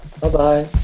Bye-bye